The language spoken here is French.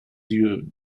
dieu